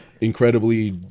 incredibly